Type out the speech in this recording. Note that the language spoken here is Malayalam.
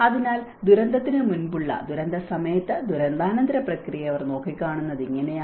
അതിനാൽ ദുരന്തത്തിന് മുമ്പുള്ള ദുരന്തസമയത്ത് ദുരന്താനന്തര പ്രക്രിയയെ അവർ നോക്കിക്കാണുന്നത് ഇങ്ങനെയാണ്